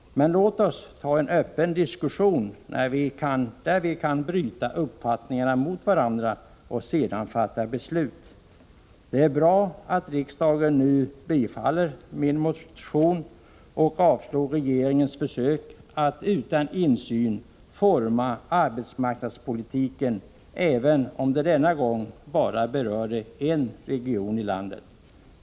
Låt oss föra en öppen diskussion där vi kan bryta uppfattningarna med varandra och sedan fatta beslut. Det är bra att riksdagen nu kommer att bifalla min motion och tillbakavisa regeringens försök att utan insyn forma arbetsmarknadspolitiken, även om det denna gång bara rör sig om en region i landet.